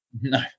No